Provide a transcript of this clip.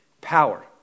Power